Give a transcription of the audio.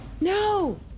No